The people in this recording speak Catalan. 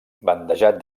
bandejat